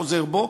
חוזר בו,